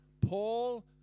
Paul